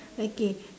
okay